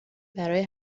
برای